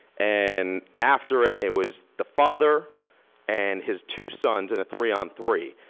and after it, it was the father and his two sons in a three on three.